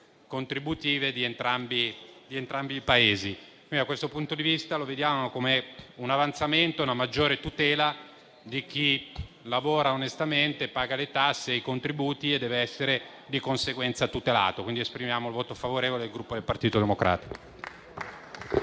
contributive di entrambi i Paesi. Da questo punto di vista, lo vediamo come un avanzamento e una maggiore tutela di chi lavora onestamente, paga le tasse e i contributi e deve essere di conseguenza tutelato. Quindi esprimiamo il voto favorevole del Gruppo Partito Democratico.